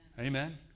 Amen